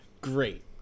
great